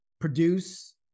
produce